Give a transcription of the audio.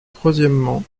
troisièmement